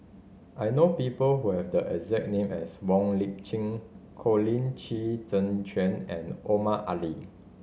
I know people who have the exact name as Wong Lip Chin Colin Qi Zhe Quan and Omar Ali